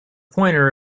pointer